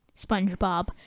SpongeBob